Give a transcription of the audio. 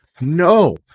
No